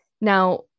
Now